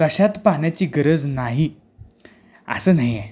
कशात पाण्याची गरज नाही असं नाही आहे